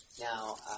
Now